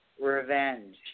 revenge